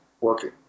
working